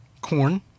Corn